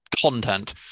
content